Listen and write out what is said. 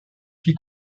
qui